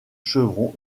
chevrons